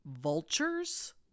Vultures